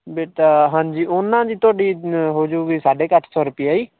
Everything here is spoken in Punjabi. ਬੇਟਾ ਹਾਂਜੀ ਉਹਨਾਂ ਦੀ ਤੁਹਾਡੀ ਨ ਹੋ ਜੂਗੀ ਸਾਢੇ ਕੁ ਅੱਠ ਸੌ ਰੁਪਈਆ ਜੀ